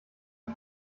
ich